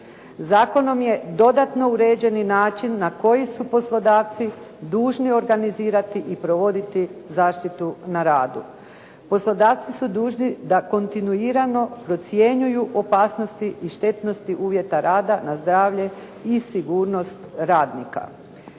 Zakonom je dodatno uređeni način na koji su poslodavci dužni organizirati i provoditi zaštitu na radu. Poslodavci su dužni da kontinuirano procjenjuju opasnosti i štetnosti uvjeta rada na zdravlje i sigurnost radnika.